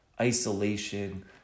Isolation